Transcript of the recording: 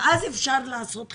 ואז אפשר לעשות חישוב,